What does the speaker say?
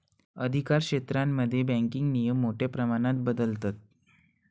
अधिकारक्षेत्रांमध्ये बँकिंग नियम मोठ्या प्रमाणात बदलतत